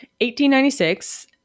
1896